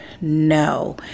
no